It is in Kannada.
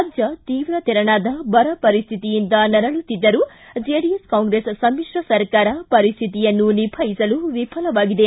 ರಾಜ್ಣ ತೀವ್ರತೆರನಾದ ಬರ ಪರಿಸ್ಟಿತಿಯಿಂದ ನರಳುತ್ತಿದ್ದರೂ ಜೆಡಿಎಸ್ ಕಾಂಗ್ರೆಸ್ ಸಮಿತ್ರ ಸರ್ಕಾರ ಪರಿಸ್ಟಿತಿಯನ್ನು ನಿಭಾಯಿಸಲು ವಿಫಲವಾಗಿದೆ